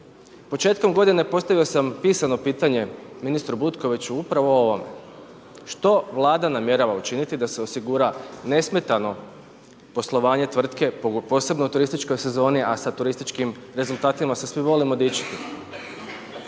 Početkom godine postavio sam pisano pitanje ministru Butkoviću upravo o ovom, što Vlada namjerava učiniti da se osigura nesmetano poslovanje tvrtke, posebno u turističkoj sezoni a sa turističkim rezultatima se svi volimo dičiti?